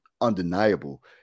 undeniable